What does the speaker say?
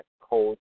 code